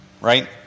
right